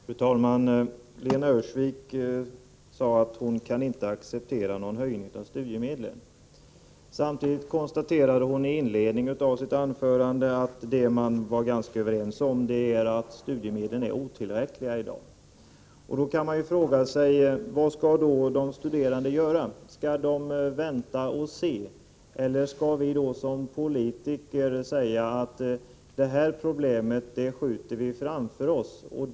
Fru talman! Lena Öhrsvik sade att hon inte kan acceptera någon höjning av studiemedlen. Samtidigt konstaterade hon i inledningen av sitt anförande att vi är ganska överens om att studiemedlen i dag är otillräckliga. Då kan man fråga sig: Vad skall de studerande göra? Skall de vänta och se? Skall vi politiker verkligen säga: Detta problem skjuter vi framför oss!